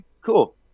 cool